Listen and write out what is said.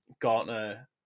Gartner